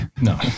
No